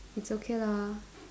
it's okay lah